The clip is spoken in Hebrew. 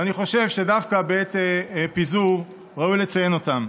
ואני חושב שדווקא בעת פיזור ראוי לציין אותם.